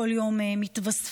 כל יום מתווספים,